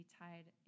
tied